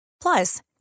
Plus